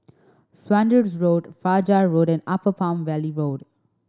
Saunders Road Fajar Road and Upper Palm Valley Road